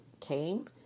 came